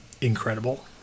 incredible